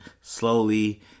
slowly